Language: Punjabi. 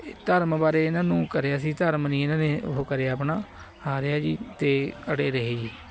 ਇਹ ਧਰਮ ਬਾਰੇ ਇਹਨਾਂ ਨੂੰ ਕਰਿਆ ਸੀ ਧਰਮ ਨਹੀਂ ਇਹਨਾਂ ਨੇ ਉਹ ਕਰਿਆ ਆਪਣਾ ਹਾਰਿਆ ਜੀ ਅਤੇ ਅੜੇ ਰਹੇ ਜੀ